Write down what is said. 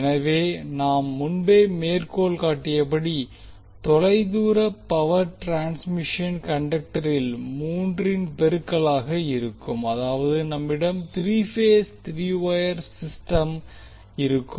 எனவே நாம் முன்பே மேற்கோள்காட்டியபடி தொலைதூர பவர் டிரான்ஸ்மிஷன் கண்டக்டரில் மூன்றின் பெருக்கலாக இருக்கும் அதாவது நம்மிடம் three phase three wire system இருக்கும்